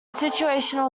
situational